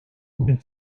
bugün